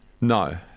No